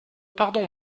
pardon